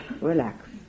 relax